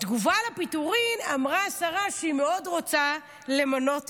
בתגובה על הפיטורים אמרה השרה שהיא מאוד רוצה למנות אישה.